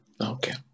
Okay